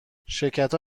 شرکتها